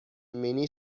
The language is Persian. مینی